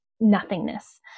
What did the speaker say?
Nothingness